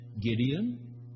Gideon